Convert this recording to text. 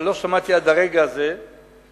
אבל לא שמעתי עד הרגע הזה טענה,